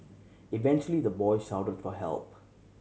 eventually the boy shouted for help